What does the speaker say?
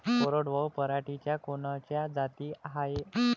कोरडवाहू पराटीच्या कोनच्या जाती हाये?